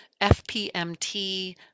FPMT